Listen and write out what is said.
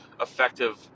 effective